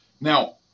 Now